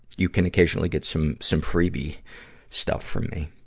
you can occasionally get some, some freebie stuff from me.